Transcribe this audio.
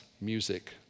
music